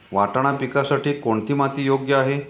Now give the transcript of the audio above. वाटाणा पिकासाठी कोणती माती योग्य आहे?